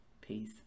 peace